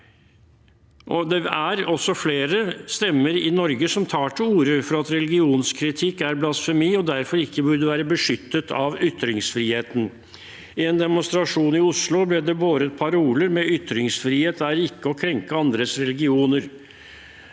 Det er også flere stemmer i Norge som tar til orde for at religionskritikk er blasfemi og derfor ikke burde være beskyttet av ytringsfriheten. I en demonstrasjon i Oslo ble det båret paroler med påskriften «ytringsfrihet er ikke å krenke andre religioner».